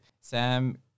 Sam